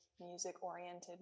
music-oriented